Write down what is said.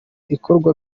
ibikorwa